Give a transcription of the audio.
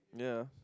yeah